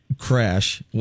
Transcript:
crash